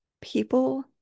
people